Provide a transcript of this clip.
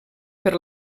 per